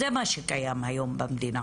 זה מה שקיים היום במדינה